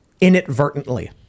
inadvertently